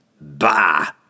Bah